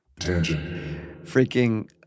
freaking